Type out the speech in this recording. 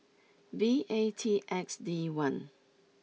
V A T X D one